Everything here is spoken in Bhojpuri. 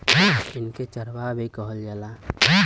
इनके चरवाह भी कहल जाला